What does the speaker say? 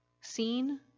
seen